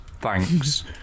Thanks